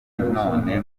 none